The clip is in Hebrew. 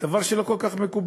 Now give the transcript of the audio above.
דבר שהוא לא כל כך מקובל.